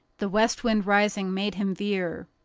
the west wind, rising, made him veer.